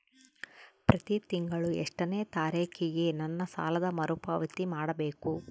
ಪ್ರತಿ ತಿಂಗಳು ಎಷ್ಟನೇ ತಾರೇಕಿಗೆ ನನ್ನ ಸಾಲದ ಮರುಪಾವತಿ ಮಾಡಬೇಕು?